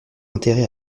enterré